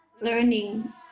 learning